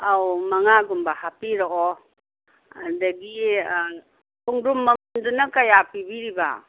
ꯑꯧ ꯃꯉꯥꯒꯨꯝꯕ ꯍꯥꯄꯤꯔꯛꯑꯣ ꯑꯗꯒꯤ ꯈꯣꯡꯗ꯭ꯔꯨꯝ ꯃꯄꯨꯝꯗꯨꯅ ꯀꯌꯥ ꯄꯤꯕꯤꯔꯤꯕ